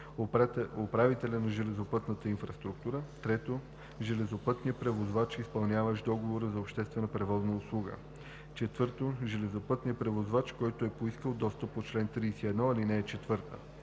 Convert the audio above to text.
управителя на железопътната инфраструктура; 3. железопътния превозвач, изпълняващ договора за обществена превозна услуга; 4. железопътния превозвач, който е поискал достъп по чл. 31, ал. 4. (8) Въз